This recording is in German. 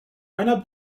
einer